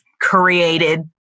created